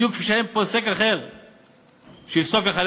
בדיוק כפי שאין פוסק אחד שיפסוק לחלל